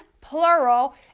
plural